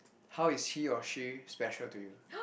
how is he or she special to you